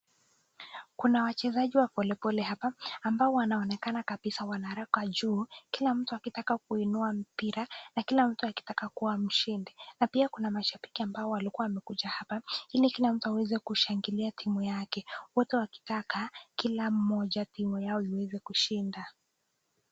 Kuna wachezaji wa voliboli hapa, ambao wanaonekana kabisa wanaruka juu, kila mtu akitaka kuinua mpira na kila mtu akitaka kuwa mshindi. Na pia kuna mashabiki, ambao walikuwa wamekuja hapa, ili kila mtu aweze kushangilia timu yake, wote wakitaka kila mmoja timu yao iweze kushinda.